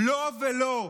לא ולא,